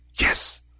Yes